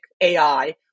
AI